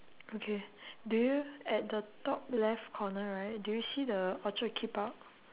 okay do you at the top left corner right do you see the orchid keep out